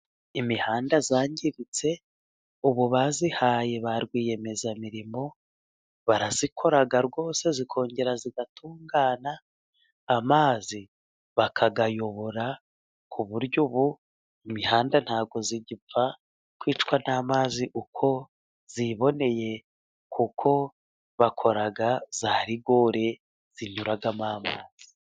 Imihanda yangiritse ubu bayihaye ba rwiyemezamirimo, barayikora rwose ikongera igatungana ,amazi bakayayobora, ku buryo ubu imihanda ntabwo igipfa kwicwa n'amazi uko yiboneye ,kuko bakora za rigore zinyuramo amazi.